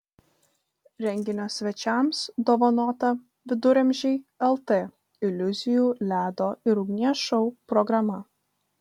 renginio svečiams dovanota viduramžiai lt iliuzijų ledo ir ugnies šou programa